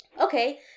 Okay